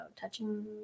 touching